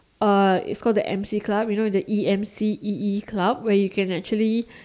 uh it's called the emcee club you know the E M C E E club where you can actually